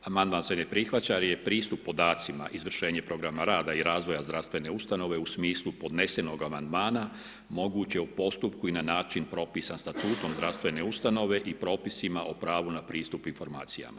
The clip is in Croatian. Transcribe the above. Amandman se ne prihvaća jer je pristup podacima izvršenje programa rada i razvoja zdravstvene ustanove u smislu podnesenog amandmana moguće o postupku i na način propisan statutom zdravstvene ustanove i propisima o pravu na pristup informacijama.